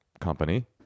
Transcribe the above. company